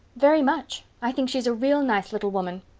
very much. i think she's a real nice little woman.